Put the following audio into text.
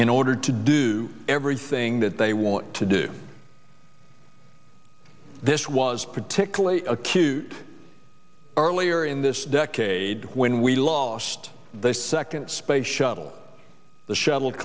in order to do everything that they want to do this was particularly acute earlier in this decade when we lost the second space shuttle the sh